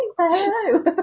hello